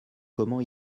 comment